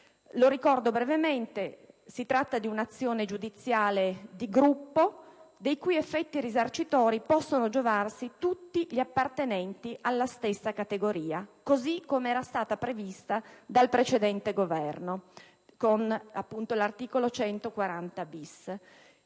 Lo ricordo brevemente: si tratta di un'azione giudiziale di gruppo, dei cui effetti risarcitori possono giovarsi tutti gli appartenenti alla stessa categoria; tale era stata prevista dal precedente Governo e dall'articolo 140-*bis*